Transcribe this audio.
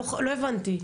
לא הבנתי.